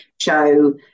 show